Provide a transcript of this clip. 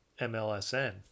MLSN